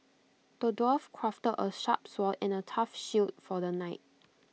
the dwarf crafted A sharp sword and A tough shield for the knight